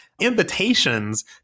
invitations